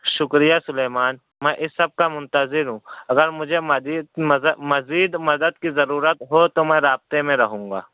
شُکریہ سُلیمان میں اِس سب کا منتظر ہوں اگر مجھے مزید مدد کی ضرورت ہو تو میں رابطے میں رہوں گا